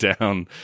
down